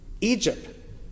Egypt